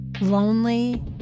lonely